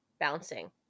bouncing